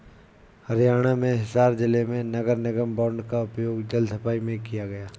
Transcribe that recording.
हरियाणा में हिसार जिले में नगर निगम बॉन्ड का उपयोग जल सफाई में किया गया